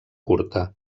curta